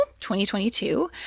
2022